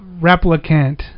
Replicant